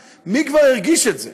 מי כבר הרגיש את זה?